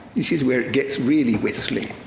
this is where it gets really whistle-y.